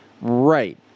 right